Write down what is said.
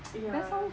ya